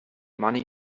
money